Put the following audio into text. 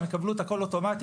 הם יקבלו את הכול אוטומטית,